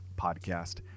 Podcast